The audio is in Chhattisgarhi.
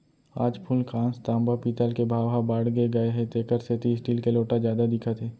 आज फूलकांस, तांबा, पीतल के भाव ह बाड़गे गए हे तेकर सेती स्टील के लोटा जादा दिखत हे